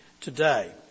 today